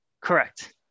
correct